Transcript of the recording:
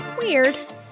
Weird